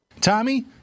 Tommy